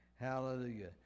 Hallelujah